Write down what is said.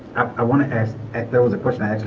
i want to ask if there was a question i